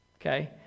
Okay